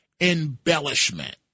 embellishment